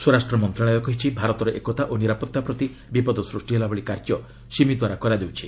ସ୍ୱରାଷ୍ଟ୍ର ମନ୍ତ୍ରଣାଳୟ କହିଛି ଭାରତର ଏକତା ଓ ନିରାପତ୍ତା ପ୍ରତି ବିପଦ ସୃଷ୍ଟି ହେଲା ଭଳି କାର୍ଯ୍ୟ ସିମି ଦ୍ୱାରା କରାଯାଉଛି